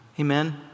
Amen